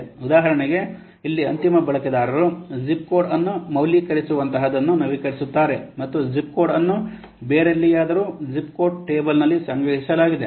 ಉದಾಹರಣೆಗೆ ಇಲ್ಲಿ ಅಂತಿಮ ಬಳಕೆದಾರರು ಜಿಪ್ ಕೋಡ್ ಅನ್ನು ಮೌಲ್ಯೀಕರಿಸುವಂತಹದನ್ನು ನವೀಕರಿಸುತ್ತಾರೆ ಮತ್ತು ಜಿಪ್ ಕೋಡ್ ಅನ್ನು ಬೇರೆಲ್ಲಿಯಾದರೂ ಜಿಪ್ ಕೋಡ್ ಟೇಬಲ್ನಲ್ಲಿ ಸಂಗ್ರಹಿಸಲಾಗಿದೆ